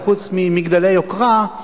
חוץ ממגדלי יוקרה,